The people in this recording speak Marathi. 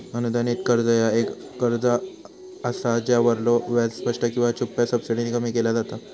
अनुदानित कर्ज ह्या एक कर्ज असा ज्यावरलो व्याज स्पष्ट किंवा छुप्या सबसिडीने कमी केला जाता